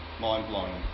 mind-blowing